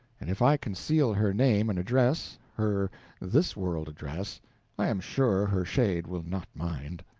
and if i conceal her name and address her this-world address i am sure her shade will not mind.